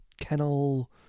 kennel